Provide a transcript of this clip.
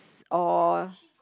or